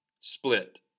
split